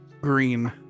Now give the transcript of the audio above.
Green